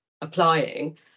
applying